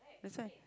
that's why